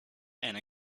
and